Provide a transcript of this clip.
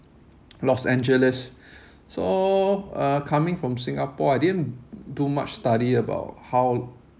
los angeles so uh coming from Singapore I didn't do much study about how